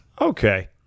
Okay